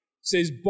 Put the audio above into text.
says